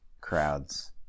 crowds